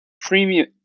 premium